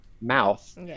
mouth